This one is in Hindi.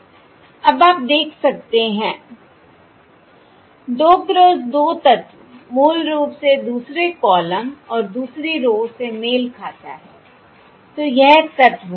अब आप देख सकते हैं 2 क्रॉस 2 तत्व मूल रूप से दूसरे कॉलम और दूसरी रो से मेल खाता है तो यह तत्व है